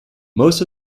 most